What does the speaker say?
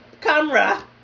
camera